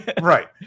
right